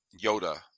Yoda